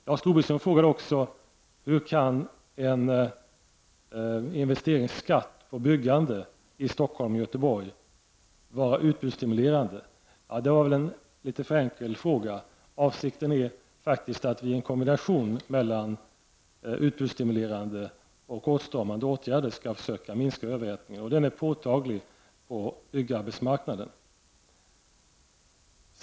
Lars Tobisson frågade också: Hur kan en investeringsskatt på byggande i Stockholm och Göteborg vara utbudsstimulerande? Det var väl en litet för enkel fråga. Avsikten är faktiskt att en kombination mellan utbudsstimulerande och åtstramande åtgärder skall minska överhettningen, och den är påtaglig på byggarbetsmarknaden.